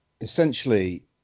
essentially